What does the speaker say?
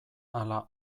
ala